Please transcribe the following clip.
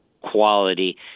quality